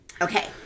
Okay